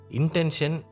intention